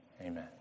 amen